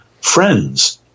friends